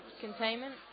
containment